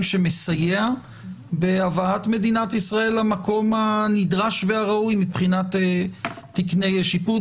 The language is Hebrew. שמסייע בהבאת מדינת ישראל למקום הנדרש והראוי מבחינת תקני שיפוט,